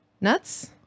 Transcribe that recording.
nuts